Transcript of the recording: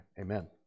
Amen